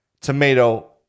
tomato